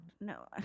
no